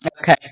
Okay